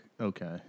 Okay